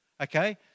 Okay